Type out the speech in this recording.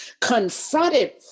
confronted